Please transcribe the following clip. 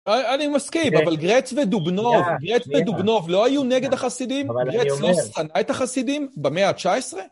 אני מסכים, אבל גרץ ודובנוב, גרץ ודובנוב לא היו נגד החסידים? גרץ לא שנא את החסידים במאה ה-19?